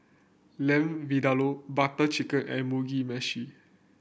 Lamb Vindaloo Butter Chicken and Mugi Meshi